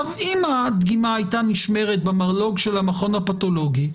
אם הדגימה הייתה נשמרת במרלו"ג של המכון הפתולוגי,